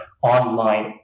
online